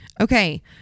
okay